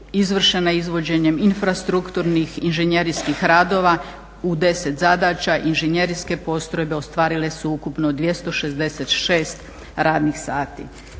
izvršena je izvođenjem infrastrukturnih inženjerskih radova, u 10 zadaća inženjerske postrojbe ostvarile su ukupno 266 radnih sati.